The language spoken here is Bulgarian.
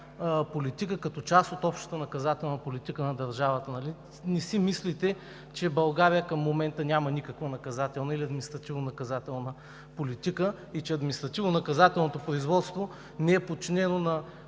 политика, като част от общата наказателна политика на държавата. Нали не си мислите, че България към момента няма никаква наказателна или административнонаказателна политика и че административнонаказателното производство не е подчинено на